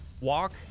walk